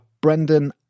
Brendan